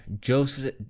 Joseph